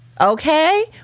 Okay